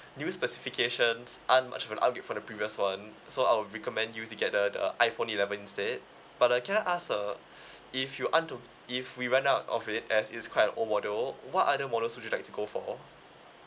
new specifications aren't much of an upgrade for the previous [one] so I'll recommend you to get the the iphone eleven instead but uh can I ask uh if you aren't too if we ran out of it as it's quite an old model what other model would you like to go for